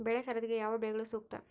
ಬೆಳೆ ಸರದಿಗೆ ಯಾವ ಬೆಳೆಗಳು ಸೂಕ್ತ?